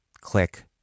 Click